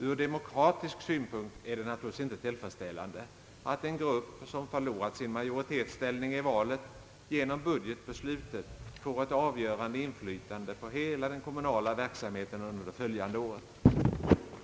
Ur demokratisk synpunkt är det naturligtvis inte tillfredsställande att en grupp, som förlorat sin majoritetsställning i valet, genom budgetbeslutet får ett avgörande inflytande på hela den kommunala verksamheten under det följande året.